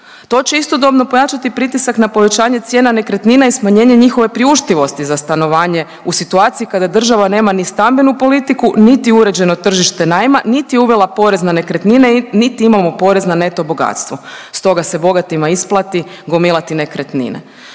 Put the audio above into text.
to će istodobno pojačati pritisak na povećanje cijena nekretnina i smanjenje njihove priuštivosti za stanovanje u situaciji kada država nema ni stambenu politiku, niti uređeno tržite najma, niti je uvela porez na nekretnine, niti imamo porez na neto bogatstvo. Stoga se bogatima isplati gomilati nekretnine.